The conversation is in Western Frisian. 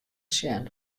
sjen